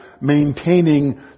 maintaining